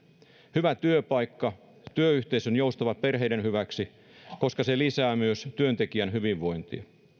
hyvä työpaikka ja työyhteisö joustavat perheiden hyväksi koska se lisää myös työntekijän hyvinvointia